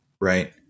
Right